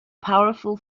powerful